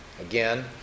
again